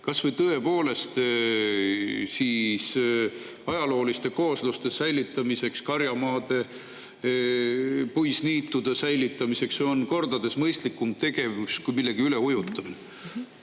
kas või tõepoolest ajalooliste koosluste säilitamiseks, karjamaade, puisniitude säilitamiseks. See on kordades mõistlikum tegevus kui millegi üleujutamine.